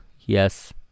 Yes